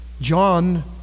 John